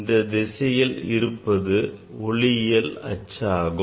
இந்த திசையில் இருப்பது ஒளியியல் அச்சியாகும்